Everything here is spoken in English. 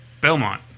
Belmont